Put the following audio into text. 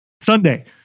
Sunday